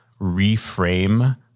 reframe